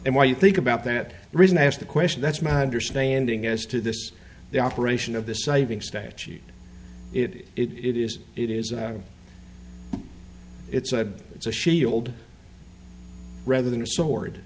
and why you think about that reason i asked the question that's my understanding as to this the operation of the saving statute it is it is a it's a it's a shield rather than a sword